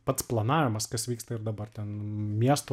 pats planavimas kas vyksta ir dabar ten miesto